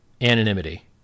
anonymity